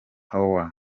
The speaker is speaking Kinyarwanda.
howard